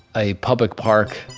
a public park,